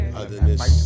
otherness